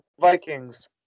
Vikings